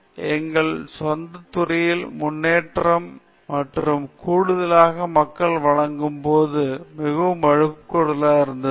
எனவே இது உண்மையில் எங்கள் சொந்த துறையில் முன்னேற்றம் மற்றும் கூடுதலாக மக்கள் வழங்கும் போது மதிப்பு கூடுதலாக கொடுக்க வெவ்வேறு மக்கள் வழங்கல் திறன் நாம் அதே பகுதியில் வேலை என்றாலும் மிகவும் வித்தியாசமாக இருக்கிறது